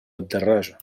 الدراجة